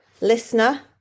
listener